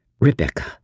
Rebecca